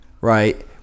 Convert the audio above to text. right